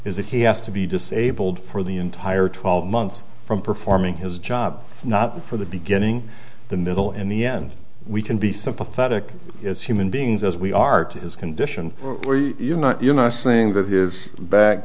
that he has to be disabled for the entire twelve months from performing his job not for the beginning the middle in the end we can be sympathetic as human beings as we are to his condition you not you know saying that his back